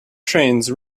trains